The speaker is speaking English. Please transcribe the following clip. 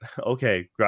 Okay